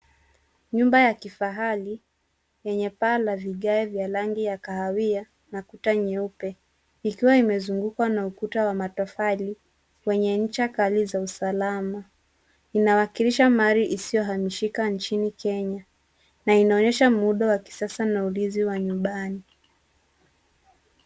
Nyumba ya kifahari, yenye paa la vigae vya rangi ya kahawia na kuta nyeupe, ikiwa imezungukwa na ukuta wa matofali, wenye ncha kali za usalama. Inawakilisha mali isiyohamishika nchini Kenya, na inaonyesha muundo wa kisasa na ulinzi wa nyumbani.